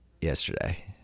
yesterday